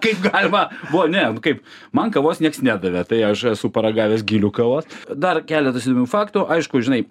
kaip galima buvo ne nu kaip man kavos nieks nedavė tai aš esu paragavęs gilių kavos dar keletas įdomių faktų aišku žinai